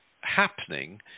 happening